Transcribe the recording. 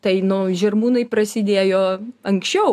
tai nu žirmūnai prasidėjo anksčiau